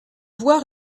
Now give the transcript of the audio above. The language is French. voir